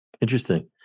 Interesting